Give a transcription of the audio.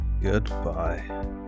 goodbye